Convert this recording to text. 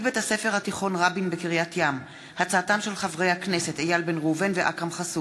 אלפי מורים/ות שעברו ל"אופק חדש"